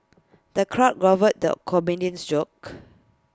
the crowd guffawed the comedian's jokes